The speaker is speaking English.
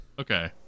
Okay